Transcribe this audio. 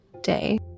day